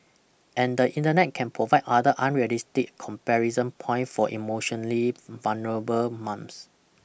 and the Internet can provide other unrealistic comparison points for emotionally vulnerable Mums